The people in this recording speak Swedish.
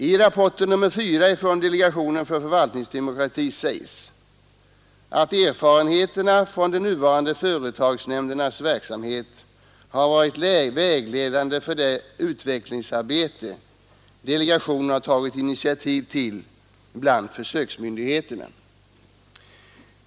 I rapport nr 4 från delegationen för förvaltningsdemokrati sägs: ”Erfarenheterna från de nuvarande företagsnämndernas verksamhet har varit vägledande för det utvecklingsarbete DEFF tagit initiativ till bland försöksmyndigheterna.